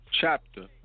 chapter